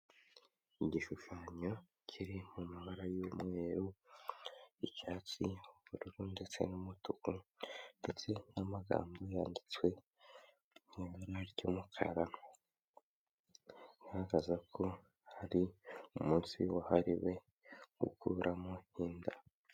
Igishushanyo kiri mu mabara y'umweru icyatsi, bururu ndetse n'umutuku ndetse n'amagambo yanditswe mu ibara ry'umukara igaragaza ko hari umunsi wahariwe gukuramo inda.